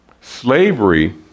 Slavery